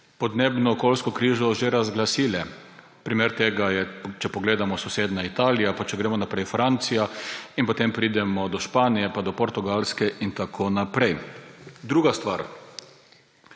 podnebno-okoljsko krizo že razglasile. Primer tega je, če pogledamo, sosednja Italija, pa če gremo naprej Francija in potem pridemo do Španije pa do Portugalske in tako naprej. Druga stvar